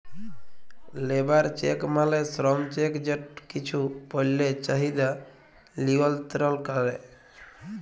labour check মালে শ্রম check যেট কিছু পল্যের চাহিদা লিয়লত্রল ক্যরে